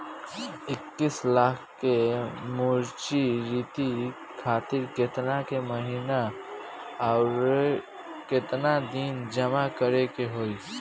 इक्कीस लाख के मचुरिती खातिर केतना के महीना आउरकेतना दिन जमा करे के होई?